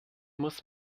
muss